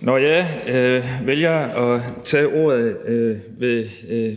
Når jeg vælger at tage ordet